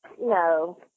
no